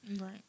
Right